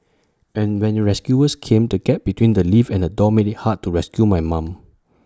and when rescuers came the gap between the lift and the door made IT hard to rescue my mum